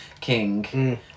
King